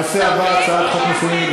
הנושא הבא, הצעת חוק נישואין,